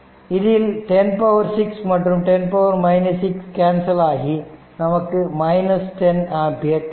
இதில் 106 மற்றும் 10 6 கேன்சல் ஆகி நமக்கு 10 ஆம்பியர் கிடைக்கும்